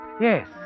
Yes